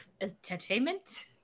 Entertainment